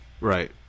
right